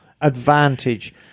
advantage